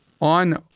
on